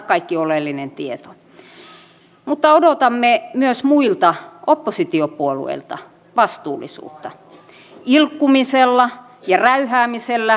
pienen alakoululaisen koulumatka kulkee tällaisen vokin ohi metsäistä tietä noin kolmen kilometrin matkan ajan